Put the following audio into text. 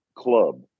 Club